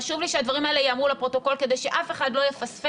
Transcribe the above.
חשוב לי שהדברים האלה ייאמרו לפרוטוקול כדי שאף אחד לא יפספס